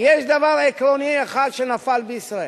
כי יש דבר עקרוני אחד שנפל בישראל.